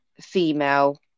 female